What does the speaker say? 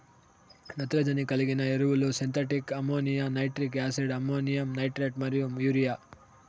నత్రజని కలిగిన ఎరువులు synthetic ammonia, nitric acid, ammonium nitrate మరియు యూరియా